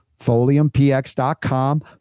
foliumpx.com